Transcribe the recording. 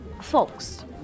folks